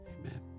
Amen